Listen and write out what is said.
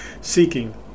seeking